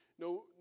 No